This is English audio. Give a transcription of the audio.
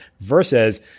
versus